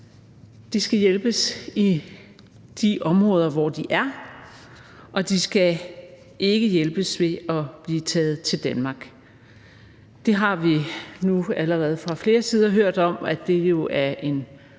De skal hjælpes i de områder, hvor de er, og de skal ikke hjælpes ved at blive taget til Danmark. Det har vi nu allerede fra flere sider hørt jo er en